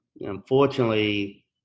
Unfortunately